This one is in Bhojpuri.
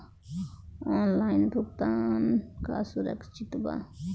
ऑनलाइन भुगतान का सुरक्षित बा?